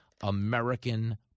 American